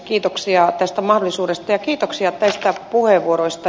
kiitoksia tästä mahdollisuudesta ja kiitoksia näistä puheenvuoroista